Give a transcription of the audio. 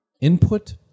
input